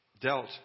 dealt